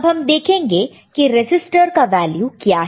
अब हम देखेंगे कि रेसिस्टर का वैल्यू क्या है